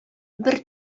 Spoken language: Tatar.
бер